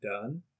done